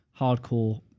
hardcore